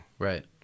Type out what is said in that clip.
right